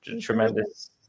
tremendous